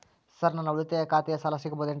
Sir ನನ್ನ ಉಳಿತಾಯ ಖಾತೆಯ ಸಾಲ ಸಿಗಬಹುದೇನ್ರಿ?